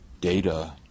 data